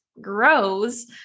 grows